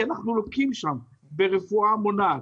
אנחנו לוקים שם ברפואה מונעת.